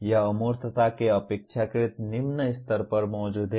यह अमूर्तता के अपेक्षाकृत निम्न स्तर पर मौजूद है